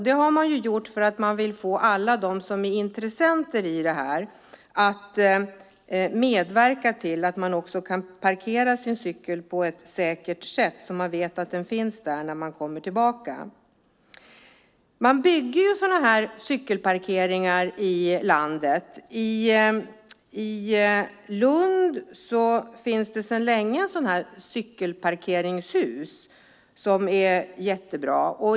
Det har man gjort för att man vill få alla dem som är intressenter att medverka till att man också kan parkera sin cykel på ett säkert sätt så att man vet att den finns där när man kommer tillbaka. Man bygger sådana här cykelparkeringar i landet. I Lund finns det sedan länge ett cykelparkeringshus som är jättebra.